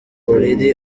olili